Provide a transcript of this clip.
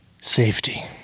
Safety